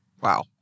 Wow